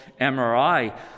MRI